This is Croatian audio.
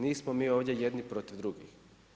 Nismo mi ovdje jedni protiv drugih.